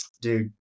dude